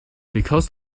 because